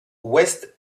ouest